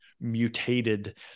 mutated